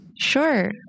Sure